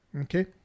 Okay